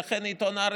והכרת הטוב,